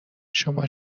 شما